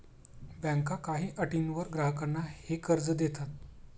बँका काही अटींवर ग्राहकांना हे कर्ज देतात